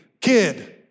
kid